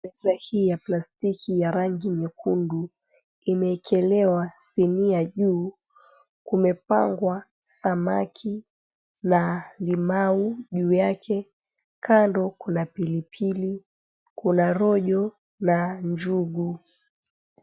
Meza hii ya plastiki ya rangi nyekundu imeekelewa sinia juu kumepangwa samaki, na limau juu yake kando kuna pilipili kuna rojo na njugu.